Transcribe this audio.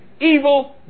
evil